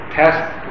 test